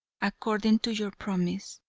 according to your promise.